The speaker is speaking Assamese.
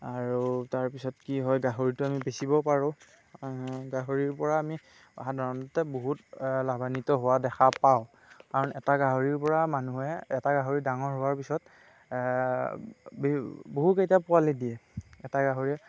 আৰু তাৰ পাছত কি হয় গাহৰিটো আমি বেচিব পাৰোঁ গাহৰিৰ পৰা আমি সাধাৰণতে বহুত লাভান্বিত হোৱা দেখা পাওঁ কাৰণ এটা গাহৰিৰ পৰা মানুহে এটা গাহৰি ডাঙৰ হোৱাৰ পিছত বি বহু কেইটা পোৱালী দিয়ে এটা গাহৰিয়ে